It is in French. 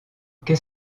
qu’est